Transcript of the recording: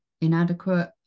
inadequate